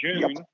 June